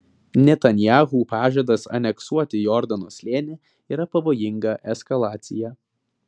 netanyahu pažadas aneksuoti jordano slėnį yra pavojinga eskalacija